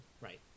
Right